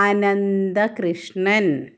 Anantha Krishnan